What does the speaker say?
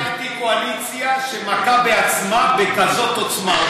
לא ראיתי קואליציה שמכה בעצמה בכזאת עוצמה.